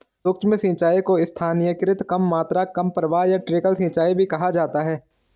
सूक्ष्म सिंचाई को स्थानीयकृत कम मात्रा कम प्रवाह या ट्रिकल सिंचाई भी कहा जाता है